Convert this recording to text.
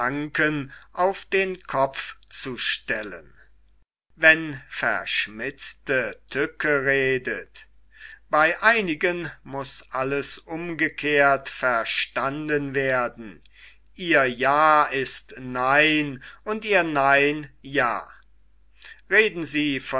wann verschmitzte tücke redet bei einigen muß alles umgekehrt verstanden werden ihr ja ist nein und ihr nein ja reden sie